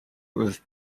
was